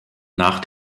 nach